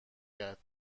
کرد